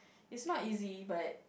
it's not easy but